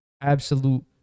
absolute